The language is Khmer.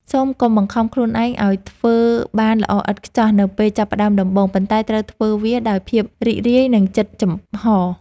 សូមកុំបង្ខំខ្លួនឯងឱ្យធ្វើបានល្អឥតខ្ចោះនៅពេលចាប់ផ្តើមដំបូងប៉ុន្តែត្រូវធ្វើវាដោយភាពរីករាយ និង ចិត្តចំហ។